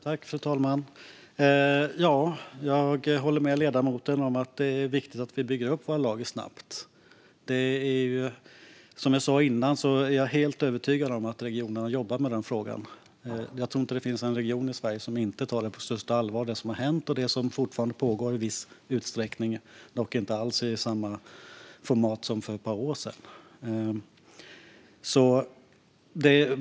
Fru talman! Jag håller med ledamoten om att det är viktigt att vi bygger upp våra lager snabbt. Som jag sa innan är jag helt övertygad om att regionerna jobbar med den frågan. Jag tror inte att det finns en region i Sverige som inte tar det som har hänt och som fortfarande pågår i viss utsträckning på största allvar. Det är dock inte alls i samma format som för ett par år sedan.